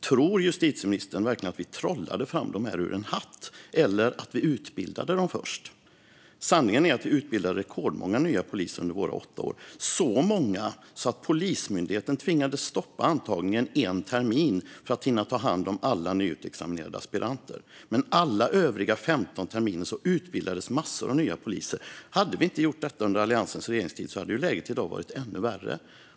Tror justitieministern verkligen att vi trollade fram dem ur en hatt, eller tror justitieministern att vi utbildade dem först? Sanningen är att vi utbildade rekordmånga nya poliser under våra åtta år, så många att Polismyndigheten tvingades stoppa antagningen en termin för att hinna ta hand om alla nyutexaminerade aspiranter. Men alla övriga 15 terminer utbildades massor av nya poliser. Hade vi inte gjort detta under Alliansens regeringstid hade läget i dag varit ännu värre.